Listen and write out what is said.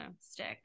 stick